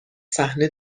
صحنه